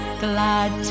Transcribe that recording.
glad